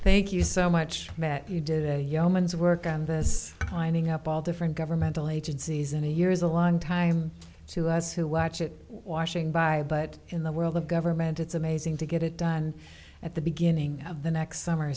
thank you so much that you did a yeoman's work on this lining up all different governmental agencies in a year is a long time to us who watch it washing by but in the world of government it's amazing to get it done at the beginning of the next summer